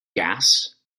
gas